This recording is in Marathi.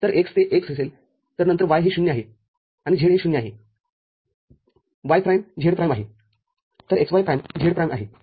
तर x ते x असेल तर नंतर y हे ० आहे आणि z हे ० आहे y प्राईम z प्राईम आहे तर x y प्राईम z प्राईमआहे